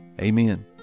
Amen